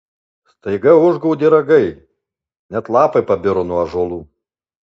staiga užgaudė ragai net lapai pabiro nuo ąžuolų